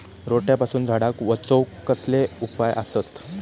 रोट्यापासून झाडाक वाचौक कसले उपाय आसत?